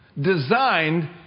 designed